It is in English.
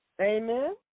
Amen